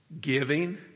giving